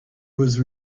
was